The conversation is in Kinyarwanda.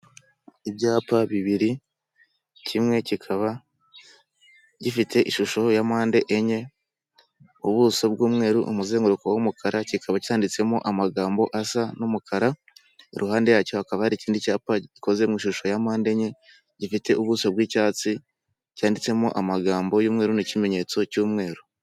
Ibyapa bibiri kimwe kikaba gifite ishusho ya mpande enye ubuso bw'umweru umuzenguruko w'umukara kikaba cyanditsemo amagambo asa n'umukara, iruhande yacyo hakaba hari ikindi cyapa gikoze mu ishusho ya mpande enye gifite ubuso bw'icyatsi cyanditsemo amagambo y'umweru n'ikimenyetso cy'umweru.